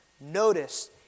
notice